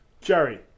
Jerry